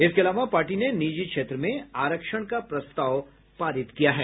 इसके अलावा पार्टी ने निजी क्षेत्र में आरक्षण का प्रस्ताव पारित किया है